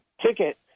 ticket